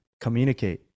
communicate